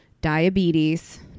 diabetes